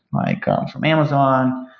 like um from amazon,